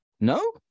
No